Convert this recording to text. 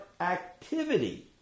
activity